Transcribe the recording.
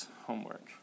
Homework